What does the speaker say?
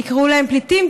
תקראו להם פליטים,